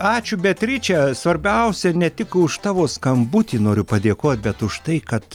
ačiū beatriče svarbiausia ne tik už tavo skambutį noriu padėkot bet už tai kad